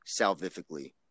salvifically